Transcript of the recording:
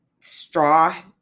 straw